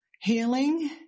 healing